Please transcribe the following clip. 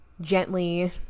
gently